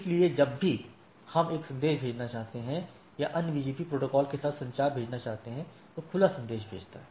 इसलिए जब भी हम एक संदेश भेजना चाहते हैं या अन्य बीजीपी प्रोटोकॉल के साथ संचार भेजना चाहते हैं तो खुला संदेश भेजता है